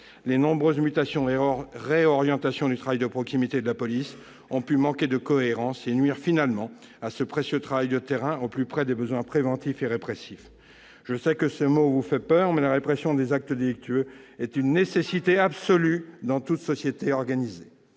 les nombreuses mutations et réorientations du travail de proximité de la police ont pu manquer de cohérence et, finalement, nuire à ce précieux travail de terrain, au plus près des besoins préventifs et répressifs. Je sais que ce mot vous fait peur, ... Non ! Prévention, dissuasion, répression !... mais la répression des actes délictueux est une nécessité absolue dans toute société organisée.